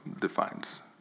defines